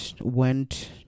went